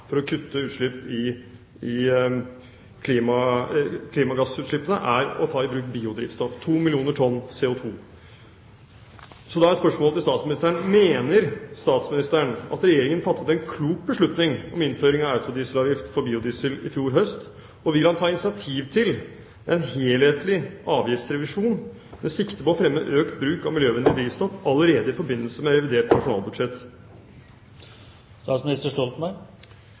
for å kutte klimagassutslippene, er å ta i bruk biodrivstoff – 2 millioner tonn CO2. Så da er spørsmålet til statsministeren: Mener statsministeren at Regjeringen fattet en klok beslutning om innføring av autodieselavgift for biodiesel i fjor høst, og vil han ta initiativ til en helhetlig avgiftsrevisjon med sikte på å fremme økt bruk av miljøvennlig drivstoff allerede i forbindelse med revidert nasjonalbudsjett?